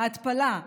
ההתפלה,